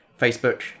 Facebook